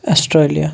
Australia